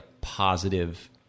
positive